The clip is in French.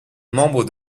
membre